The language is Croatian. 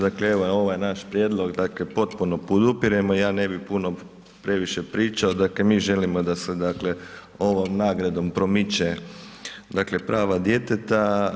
Dakle evo ovaj naš prijedlog dakle potpuno podupiremo i ja ne bih puno previše pričao, dakle mi želimo da se dakle ovom nagradom promiče dakle prava djeteta.